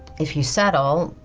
if you settle,